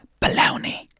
baloney